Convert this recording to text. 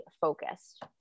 focused